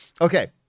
Okay